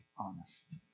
honest